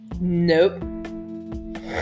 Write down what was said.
Nope